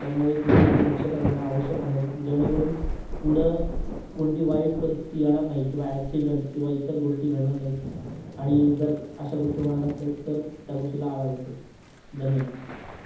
त्यामुळे तुम्ही याची दक्षता घेणं आवश्यक आहे जेणेकरून पुढं कोणती वाईट परिस्थिती येणार नाही किंवा ॲक्सिडेंट किंवा इतर गोष्टी घडणार नाहीत आणि जर अशा गोष्टी होणार असेल तर त्या गोष्टीला आळा बसेल धन्यवाद